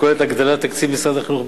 הכוללת הגדלת תקציב משרד החינוך,